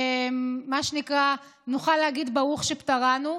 נוכל להגיד ברוך שפטרנו,